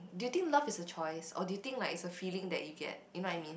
do you think love is a choice or do you think it's a feeling that you get you know what I mean